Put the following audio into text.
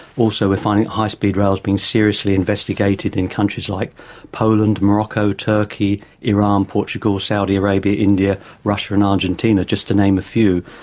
also we're finding that high speed rail is being seriously investigated in countries like poland, morocco, turkey, iran, portugal, saudi arabia, india, russia and argentina, just to name a few.